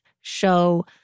show